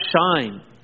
shine